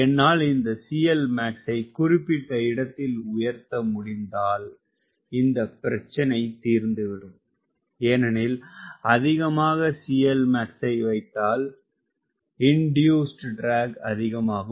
என்னால் இந்த CLmax ஐ குறிப்பிட்ட இடத்தில் உயர்த்த முடிந்தால் இந்த பிரச்சனை தீர்ந்துவிடும் ஏனெனில் அதிகமாக CLmax ஐ வைத்தால் இண்டியூசுட் டிரேக் அதிகமாகும்